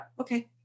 okay